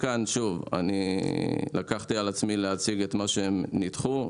אני לקחתי על עצמי להציג את מה שהם ניתחו.